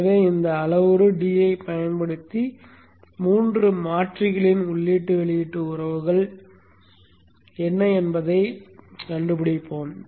எனவே இந்த அளவுரு d ஐப் பயன்படுத்தி மூன்று மாற்றிகளின் உள்ளீட்டு வெளியீட்டு உறவுகள் என்ன என்பதை இப்போது கண்டுபிடிப்போம்